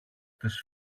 τις